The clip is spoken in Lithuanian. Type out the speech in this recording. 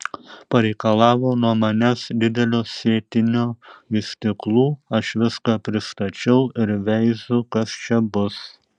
pareikalavo nuo manęs didelio sėtinio vystyklų aš viską pristačiau ir veiziu kas čia bus